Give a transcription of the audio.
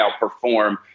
outperform